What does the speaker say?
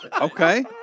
Okay